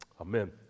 Amen